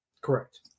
Correct